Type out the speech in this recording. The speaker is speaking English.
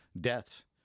deaths